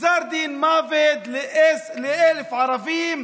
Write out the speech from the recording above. גזר דין מוות ל-1,000 ערבים,